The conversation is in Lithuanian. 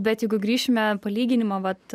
bet jeigu grįšime palyginimą vat